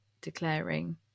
declaring